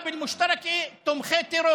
חברי הכנסת של הרשימה המשותפת תומכי טרור